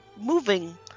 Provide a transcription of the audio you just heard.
moving